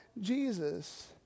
Jesus